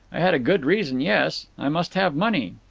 i had a good reason, yes. i must have money.